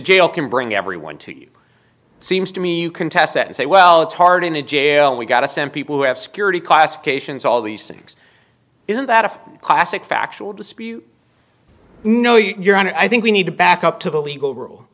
jail can bring everyone to you seems to me you can test that and say well it's hard in a jail we've got to send people who have security classifications all these things isn't that a classic factual dispute no your honor i think we need to back up to the legal rule